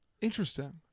interesting